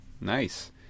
Nice